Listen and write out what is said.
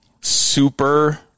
Super